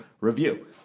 review